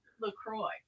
LaCroix